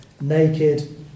naked